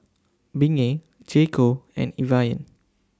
Bengay J Co and Evian